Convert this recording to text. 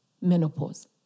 menopause